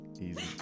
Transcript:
Easy